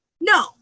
No